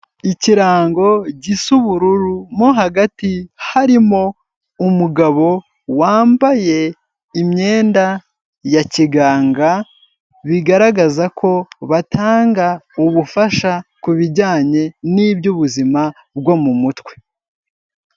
Ikirango gisa ubururu, mo hagati harimo umugabo wambaye imyenda ya kiganga bigaragaza ko batanga ubufasha ku bijyanye n'iby'ubuzima bwo mu mutwe.